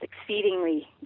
exceedingly